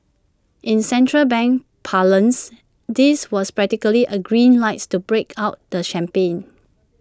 in central bank parlance this was practically A green lights to break out the champagne